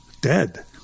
dead